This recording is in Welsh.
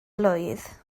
blwydd